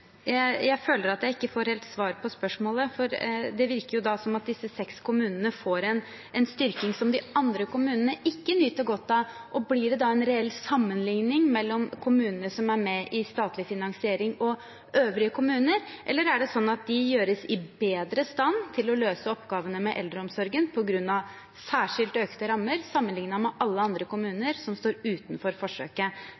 Jeg føler at jeg ikke får helt svar på spørsmålet, for det virker som om disse seks kommunene får en styrking som de andre kommunene ikke nyter godt av. Blir det da en reell sammenligning mellom kommunene som er med i statlig finansiering, og øvrige kommuner? Eller er det slik at de settes i bedre stand til å løse oppgavene i eldreomsorgen på grunn av særskilte økte rammer, sammenlignet med alle andre